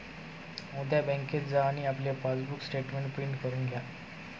उद्या बँकेत जा आणि आपले पासबुक स्टेटमेंट प्रिंट करून घ्या